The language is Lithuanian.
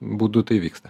būdu tai vyksta